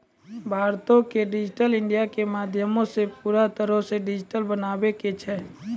भारतो के digital India के माध्यमो से पूरा तरहो से डिजिटल बनाबै के छै